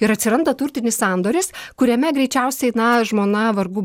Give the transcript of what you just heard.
ir atsiranda turtinis sandoris kuriame greičiausiai na žmona vargu